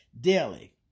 daily